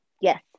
Yes